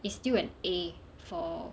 is still an A for